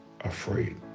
afraid